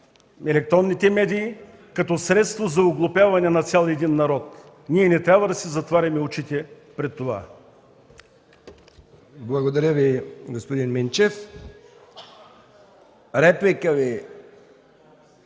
електронните медии като средство за оглупяване на цял един народ. Ние не трябва да си затваряме очите пред това!